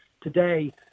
today